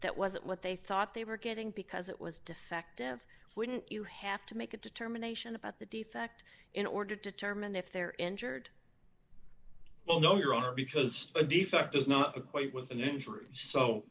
that wasn't what they thought they were getting because it was defective wouldn't you have to make a determination about the defect in order to term and if they're injured well no you are because a defect does not equate with an injury so